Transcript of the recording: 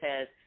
says